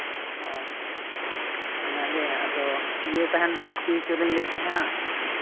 ᱦᱳᱭ ᱚᱱᱟᱜᱮ ᱟᱫᱚ ᱤᱭᱟᱹ ᱛᱟᱦᱮᱱ ᱯᱩᱴᱴᱤ ᱦᱚᱪᱚ ᱞᱤᱧ ᱞᱟᱹᱭᱮᱫ ᱛᱟᱦᱮᱱᱟ